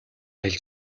хэлж